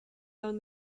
down